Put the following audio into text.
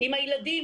עם הילדים,